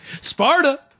sparta